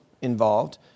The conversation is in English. Involved